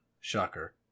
shocker